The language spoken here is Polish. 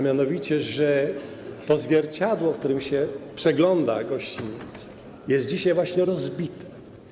Mianowicie, że to zwierciadło, w którym się przegląda gościniec, jest dzisiaj właśnie rozbite.